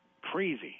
crazy